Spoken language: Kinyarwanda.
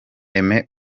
aime